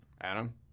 adam